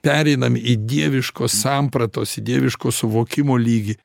pereinam į dieviškos sampratos į dieviško suvokimo lygį